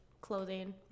clothing